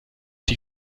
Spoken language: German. die